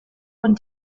und